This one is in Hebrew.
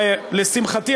לשמחתי,